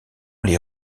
les